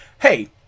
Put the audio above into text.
Hey